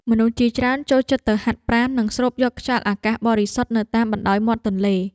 មនុស្សជាច្រើនចូលចិត្តទៅហាត់ប្រាណ និងស្រូបយកខ្យល់អាកាសបរិសុទ្ធនៅតាមបណ្តោយមាត់ទន្លេ។